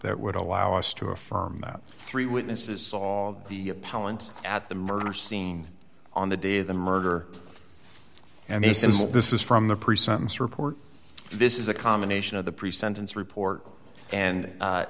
that would allow us to affirm that three witnesses saw the pallant at the murder scene on the day of the murder and they said this is from the pre sentence report this is a combination of the pre sentence report and